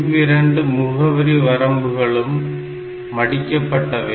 இவ்விரண்டு முகவரி வரம்புகளும் மடிக்கப்பட்டவை